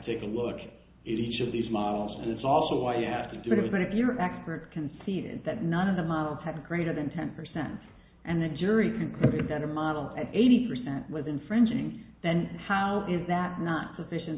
take a look at each of these models and it's also why you have to do it even if your expert conceded that none of the models have a greater than ten percent and the jury can get a model at eighty percent with infringing then how is that not sufficient